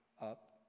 up